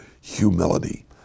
humility